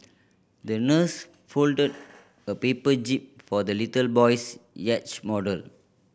the nurse folded a paper jib for the little boy's yacht model